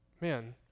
man